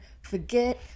forget